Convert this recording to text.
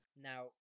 Now